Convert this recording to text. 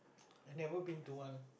I've never been to one